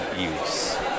use